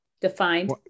Defined